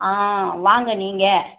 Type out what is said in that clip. ஆ வாங்க நீங்கள்